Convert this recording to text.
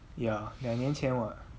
ya 两年前 [what]